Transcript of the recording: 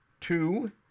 two